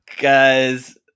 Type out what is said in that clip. Guys